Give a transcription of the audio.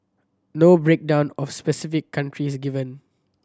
no breakdown of specific countries given